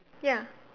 ya